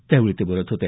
त्यावेळी ते बोलत होते